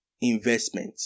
investment